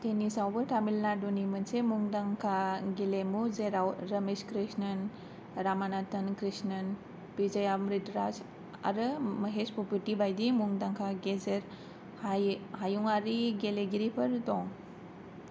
टेनिसआवबो तमिलनाडुनि मोनसे मुंदांखा गेलेमु जेराव रमेश कृष्णन रामानाथन कृष्णन विजय अमृतराज आरो महेश भुपति बायदि मुंदांखा गेजेर हाय हायुंआरि गेलेगिरिफोर दं